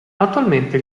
attualmente